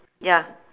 ya